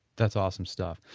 that's awesome stuff.